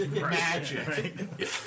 Magic